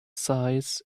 size